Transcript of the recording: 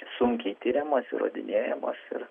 sunkiai tiriamos įrodinėjamos ir